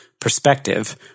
perspective